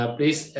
Please